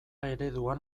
ereduan